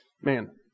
man